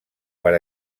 per